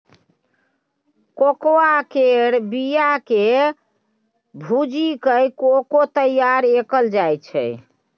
cocoa केर बिया केँ भूजि कय कोको तैयार कएल जाइ छै